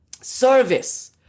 service